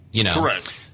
Correct